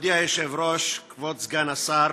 מכובדי היושב-ראש, כבוד סגן השר,